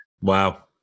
Wow